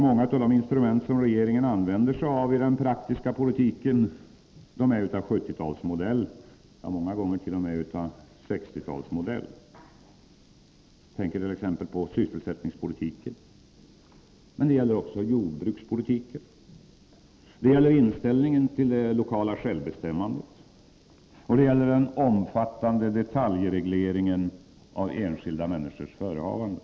Många av de instrument som regeringen använder sig av i den praktiska politiken är ju av 70-talsmodell, ja, många gånger t.o.m. av 60-talsmodell. Jag tänker t.ex. på sysselsättningspolitiken. Men det gäller också jordbrukspolitiken. Det gäller inställningen till det lokala självbestämmandet, och det gäller den omfattande detaljregleringen av enskilda människors förehavanden.